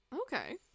okay